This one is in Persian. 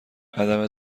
عدم